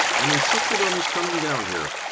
and insisted on his coming down here.